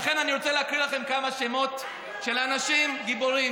לכן אני רוצה לקרוא לכם כמה שמות של אנשים גיבורים: